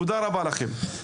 תודה רבה לכם.